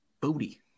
Booty